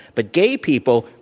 but gay people,